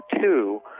two